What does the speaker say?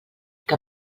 que